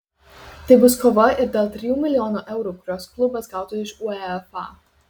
tai bus kova ir dėl trijų milijonų eurų kuriuos klubas gautų iš uefa